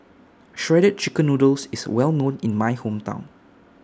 Shredded Chicken Noodles IS Well known in My Hometown